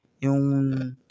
yung